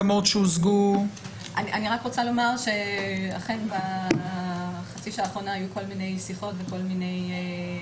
אני רוצה לומר שאכן לאחרונה היו כל מיני שיחות ובדיקות